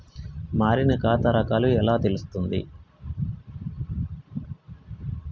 మారిన ఖాతా రకాలు ఎట్లా తెలుత్తది?